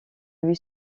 lui